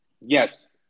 Yes